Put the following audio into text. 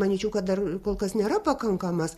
manyčiau kad dar kol kas nėra pakankamas